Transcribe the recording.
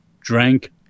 drank